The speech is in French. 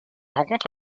rencontre